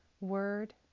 Word